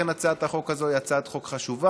לכן, הצעת החוק הזאת היא הצעת חוק חשובה,